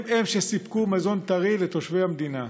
הם-הם שסיפקו מזון טרי לתושבי המדינה.